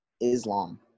Islam